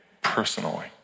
personally